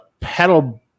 pedal